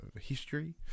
history